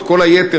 את כל היתר,